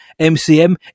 MCM